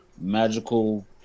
magical